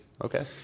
Okay